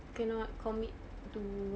cannot commit to